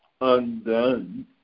undone